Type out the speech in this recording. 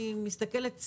אני מסתכלת,